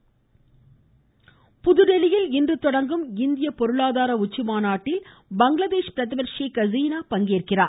ஷேக் ஹசீனா புதுதில்லியில் இன்று தொடங்கும் இந்திய பொருளாதார உச்சிமாநாட்டில் பங்களாதேஷ் பிரதமர் ஷேக் ஹசீனா பங்கேற்கிறார்